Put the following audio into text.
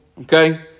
Okay